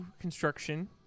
construction